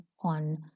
on